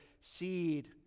seed